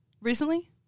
Recently